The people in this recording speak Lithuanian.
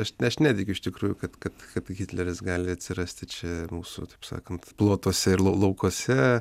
aš aš netikiu iš tikrųjų kad kad kad hitleris gali atsirasti čia mūsų taip sakant plotuose ir lau laukuose